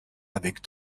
avec